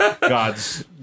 God's